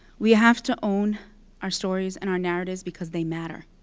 we have to own our stories and our narratives because they matter,